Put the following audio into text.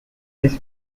this